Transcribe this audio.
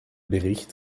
bericht